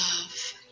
love